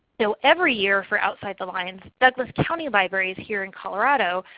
so every year for outside the lines, douglas county libraries here in colorado,